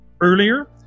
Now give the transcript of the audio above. earlier